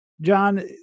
John